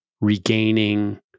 regaining